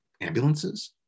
ambulances